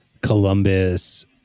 Columbus